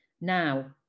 Now